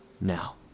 Now